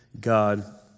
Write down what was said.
God